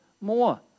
more